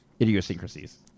Idiosyncrasies